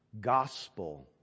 Gospel